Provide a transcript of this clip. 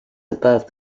above